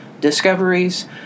discoveries